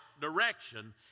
direction